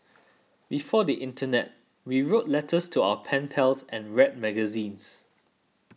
before the internet we wrote letters to our pen pals and read magazines